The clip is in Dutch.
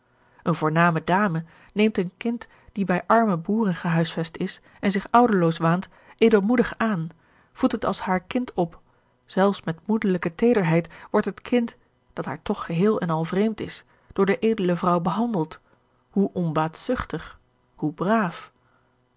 eene voorname dame neemt een kind dat bij arme boeren gehuisvest is en zich ouderloos waant edelmoedig aan voedt het als george een ongeluksvogel haar kind op zelfs met moederlijke teederheid wordt het kind dat haar toch geheel en al vreemd is door de edele vrouw behandeld hoe onbaatzuchtig hoe braaf